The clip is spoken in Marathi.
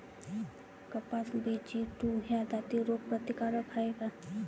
कपास बी.जी टू ह्या जाती रोग प्रतिकारक हाये का?